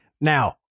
Now